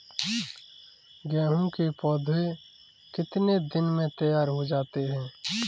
गेहूँ के पौधे कितने दिन में तैयार हो जाते हैं?